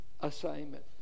assignment